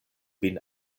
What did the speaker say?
vin